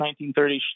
1930s